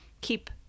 keep